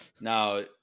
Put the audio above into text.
Now